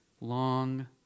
long